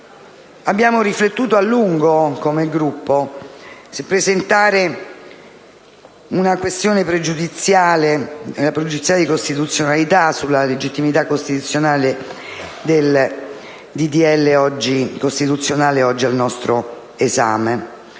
abbiamo riflettuto a lungo, come Gruppo, se presentare una questione pregiudiziale sulla legittimità costituzionale del disegno di legge